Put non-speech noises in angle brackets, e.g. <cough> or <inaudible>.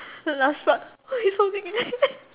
the last part oh he's holding it <laughs>